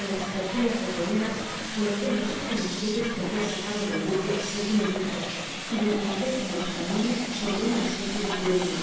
en las aberturas ó troneras coloqué los siete mosquetes que habia sacado del buque segun he dicho y los monté como los cañones sobre una especie de cureñas